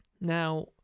Now